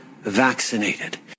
vaccinated